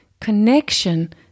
connection